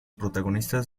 protagonistas